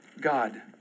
God